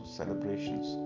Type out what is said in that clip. celebrations